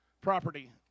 property